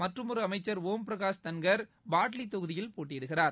மற்றுமொரு அமைச்சர் ஒம்பிரகாஷ் தன்கர் பாட்லி தொகுதியில் போட்டியிடுகிறார்